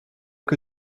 que